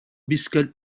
biscuits